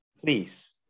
Please